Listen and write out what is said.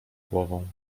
głową